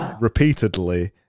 repeatedly